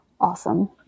awesome